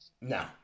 No